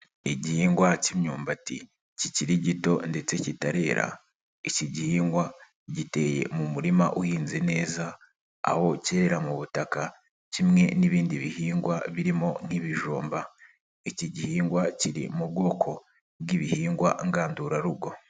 Igihingwa k'imyumbati, kikiri gito ndetse kitarera. Iki gihingwa giteye mu murima uhinze neza, aho Kerera mu butaka kimwe n'ibindi bihingwa birimo nk'ibijumba. Iki gihingwa kiri mu bwoko, bw'ibihingwa ngandurarugo.